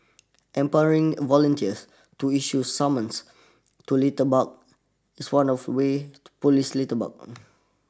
empowering volunteers to issue summons to litterbug is one of way to police litterbugs